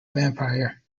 vampire